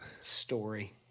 Story